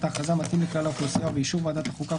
ההכרזה מתאים לכלל האוכלוסייה ובאישור ועדת החוקה,